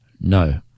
no